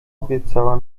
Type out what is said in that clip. obiecała